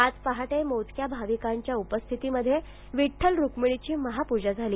आज पहाटे मोजक्या भाविकांच्या उपस्थितीत विठ्ठल रुक्मिणीची महापूजा झाली